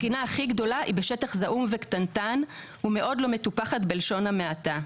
הגינה הכי גדולה היא בשטח זעום וקטנטן ומאוד לא מטופחת בלשון המעטה.